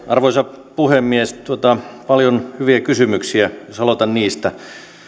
arvoisa puhemies paljon hyviä kysymyksiä jos aloitan niistä